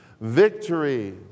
Victory